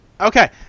okay